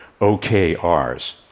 OKRs